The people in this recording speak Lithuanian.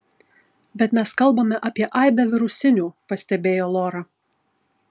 bet mes kalbame apie aibę virusinių pastebėjo lora